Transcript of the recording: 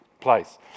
place